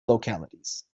localities